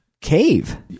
Cave